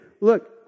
look